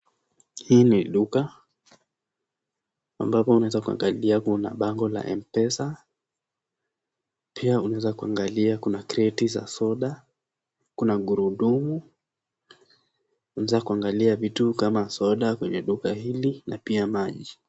Hii ni duka, ambapo unaweza kuangalia kuna bango la M-pesa pia unawezakuangalia kuna cs] crate za soda, kuna gurudumu, unaweza kuangalia vitu kama soda kwenye duka hili na pia maji.